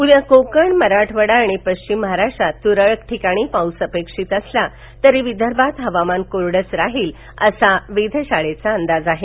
उद्या कोकण मराठवाडा आणि पश्चिम महाराष्ट्रात त्रळक ठिकाणी पाउस अपेक्षित असला तरी विदर्भात हवामान कोरडंच राहील असा वेधशाळेचा अंदाज आहे